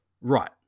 right